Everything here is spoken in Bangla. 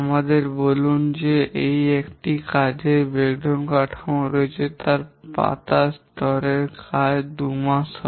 আমাদের বলুন যে আমাদের একটি কাজের ব্রেকডাউন কাঠামো রয়েছে যেখানে পাতার স্তরের কাজ 2 মাস হয়